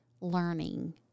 learning